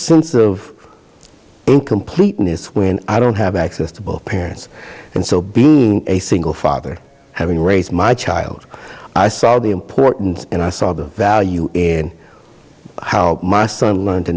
sense of completeness when i don't have access to both parents and so being a single father having raised my child i saw the importance and i saw the value in how my son learn to